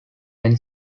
and